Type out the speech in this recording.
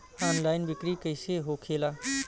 Online बिक्री कैसे होखेला?